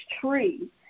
tree